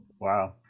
Wow